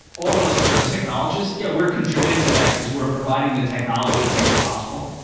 all of us that are technologists, yeah, we're contributing to that because we're providing the technology that makes it possible.